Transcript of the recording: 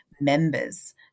members